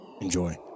Enjoy